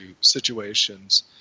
situations